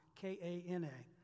K-A-N-A